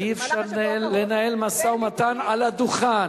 אי-אפשר לנהל משא-ומתן על הדוכן.